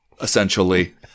essentially